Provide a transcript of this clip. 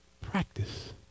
practice